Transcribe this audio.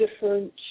different